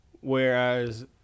whereas